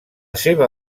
seva